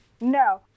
No